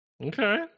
Okay